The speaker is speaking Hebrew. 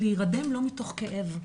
של להירדם לא מתוך כאב,